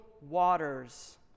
waters